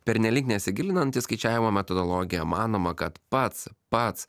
pernelyg nesigilinant į skaičiavimo metodologiją manoma kad pats pats